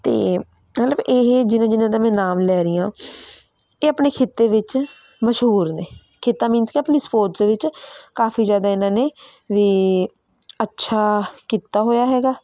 ਅਤੇ ਮਤਲਬ ਇਹ ਜਿਨ੍ਹਾਂ ਜਿਨ੍ਹਾਂ ਦਾ ਮੈਂ ਨਾਮ ਲੈ ਰਹੀ ਹਾਂ ਇਹ ਆਪਣੇ ਖਿੱਤੇ ਵਿੱਚ ਮਸ਼ਹੂਰ ਨੇ ਖਿੱਤਾ ਮੀਨਸ ਕਿ ਆਪਣੀ ਸਪੋਰਟਸ ਦੇ ਵਿੱਚ ਕਾਫੀ ਜ਼ਿਆਦਾ ਇਹਨਾਂ ਨੇ ਵੀ ਅੱਛਾ ਕੀਤਾ ਹੋਇਆ ਹੈਗਾ